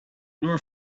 nora